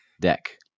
deck